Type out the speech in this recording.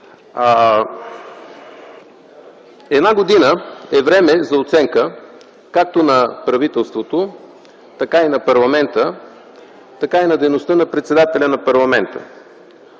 Една година е време за оценка както на правителството, така и на парламента, така и на дейността на председателя на парламента.